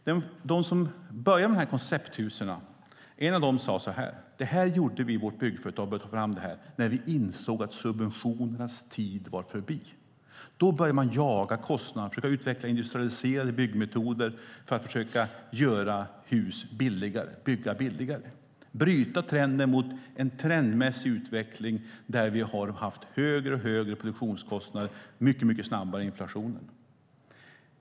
En av dem som började med de här koncepthusen sade så här: Det här tog vi fram i vårt byggföretag när vi insåg att subventionernas tid var förbi. Då började man jaga kostnader och försökte utveckla industrialiserade byggmetoder för att försöka göra hus billigare, för att bygga billigare och bryta mot en trendmässig utveckling där produktionskostnaderna blivit högre och högre mycket snabbare än inflationen.